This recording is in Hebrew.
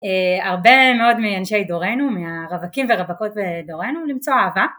הרבה מאוד מאנשי דורנו מהרווקים ורווקות בדורנו למצוא אהבה